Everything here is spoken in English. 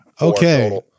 Okay